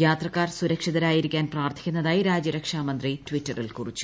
പ്രായ്ത്രക്കാർ സുരക്ഷിതരായിരിക്കാൻ പ്രാർത്ഥിക്കുന്നതായി രാജ്യരക്ഷാമന്ത്രി ട്വിറ്റ്റിൽ കുറിച്ചു